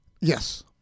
Yes